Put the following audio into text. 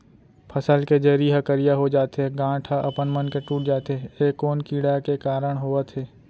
फसल के जरी ह करिया हो जाथे, गांठ ह अपनमन के टूट जाथे ए कोन कीड़ा के कारण होवत हे?